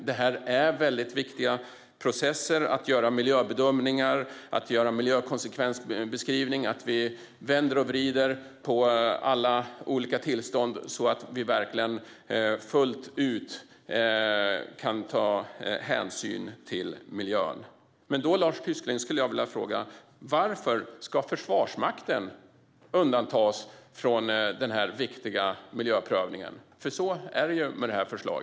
Detta är mycket viktiga processer - att göra miljöbedömningar, att göra miljökonsekvensbeskrivningar, att vända och vrida på alla olika tillstånd - så att vi verkligen fullt ut kan ta hänsyn till miljön. Då skulle jag vilja fråga Lars Tysklind: Varför ska Försvarsmakten undantas från denna viktiga miljöprövning? Så är det nämligen med detta förslag.